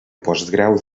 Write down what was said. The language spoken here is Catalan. postgrau